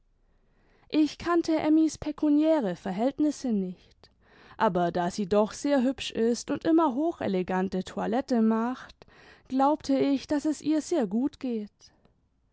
ich kannte emmys pekimiäre verhältnisse nix ht aber da sie doch sehr hübsch ist und immer hochelegante toilette macht glaubte ich daß es ihr sehr gut geht